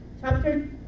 chapter